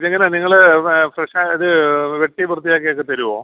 ഇതെങ്ങനെ നിങ്ങൾ ഫ്രഷാണോ ഇത് വെട്ടി വൃത്തിയാക്കി ഒക്കെ തരുമോ